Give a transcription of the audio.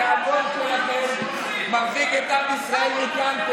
התיאבון שלכם מרחיק את עם ישראל מכאן.